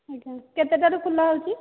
ଆଜ୍ଞା କେତେଟାରୁ ଖୋଲା ହେଉଛି